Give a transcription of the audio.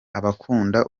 abakunda